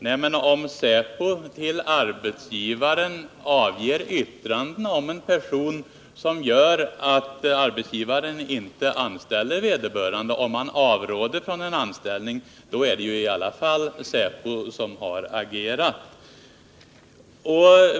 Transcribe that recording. Nej, men om säpo till arbetsgivaren avger yttranden om en person som gör att arbetsgivaren inte anställer vederbörande, dvs. om säpo avråder rån en anställning, är det ju i alla fall säpo som har agerat.